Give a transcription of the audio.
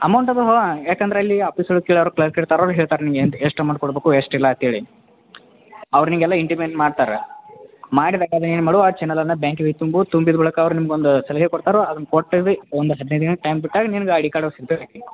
amount ಅದು ಯಾಕಂದ್ರೆ ಅಲ್ಲಿ ಆಫೀಸೊಳಗೆ ಕೇಳು ಯಾರು ಕ್ಲರ್ಕ್ ಇರ್ತಾರೋ ಅವ್ರು ಹೇಳ್ತಾರೆ ನಿನಗೆ ಎಂತ ಎಷ್ಟು ಅಮೌಂಟ್ ಕೊಡ್ಬೇಕು ಎಷ್ಟು ಇಲ್ಲ ಅಂತೇಳಿ ಅವ್ರು ನಿನಗೆಲ್ಲ ಇಂಟಿಮೆಂಟ್ ಮಾಡ್ತಾರೆ ಮಾಡಿ ಬೇಕಾದ್ರೆ ಏನು ಮಾಡು ಆ ಚೆನೆಲ್ಲನ್ನು ಬ್ಯಾಂಕಿಗೆ ಹೋಗ್ ತುಂಬು ತುಂಬಿದ ಬಳಿಕ ಅವ್ರು ನಿಮ್ಗೆ ಒಂದು ಸಲಹೆ ಕೊಡ್ತಾರೆ ಅದನ್ನ ಕೊಟ್ಟುಬಿ ಒಂದು ಹದಿನೈದು ದಿನ ಟೈಮ್ ಕೊಟ್ಟಾಗ ನಿನ್ಗೆ ಆ ಐ ಡಿ ಕಾರ್ಡ್ ಸಿಗ್ತೈತಿ